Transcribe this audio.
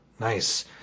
Nice